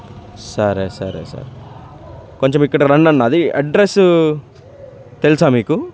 సరే సరే సరే కొంచెం ఇక్కడ రండి అన్నా అది అడ్రస్సు తెలుసా మీకు